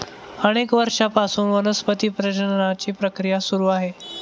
अनेक वर्षांपासून वनस्पती प्रजननाची प्रक्रिया सुरू आहे